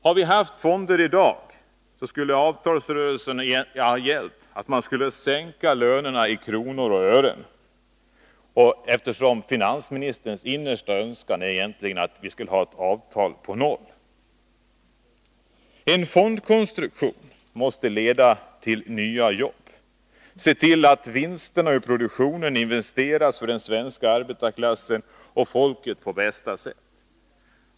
Hade vi haft fonder i dag skulle avtalsrörelsen ha gällt att sänka lönerna i kronor och ören, eftersom finansministerns innersta önskan egentligen är att vi skall ha ett avtal på nollnivå. En fondkonstruktion måste leda till nya jobb, se till att vinsterna ur produktionen investeras för den svenska arbetarklassen och folket på bästa sätt.